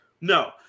No